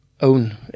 own